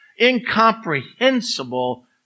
incomprehensible